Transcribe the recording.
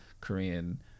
korean